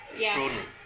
extraordinary